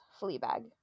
fleabag